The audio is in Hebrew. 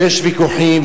ויש ויכוחים,